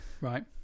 right